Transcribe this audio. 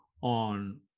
on